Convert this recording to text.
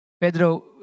Pedro